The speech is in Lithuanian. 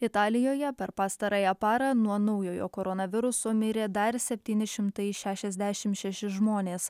italijoje per pastarąją parą nuo naujojo koronaviruso mirė dar septyni šimtai šešiasdešim šeši žmonės